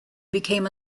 became